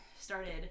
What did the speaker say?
started